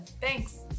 Thanks